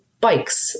bikes